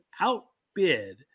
outbid